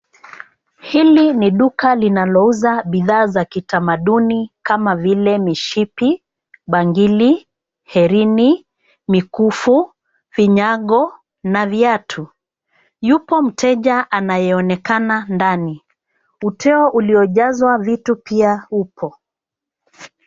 Hili ni duka linalouza bidhaa za kitamaduni kama vile mishipi, bangili, hereni, mikufu, vinyago na viatu. Yupo mteja anayeonekana ndani. Uteo uliojazwa vitu pia upo.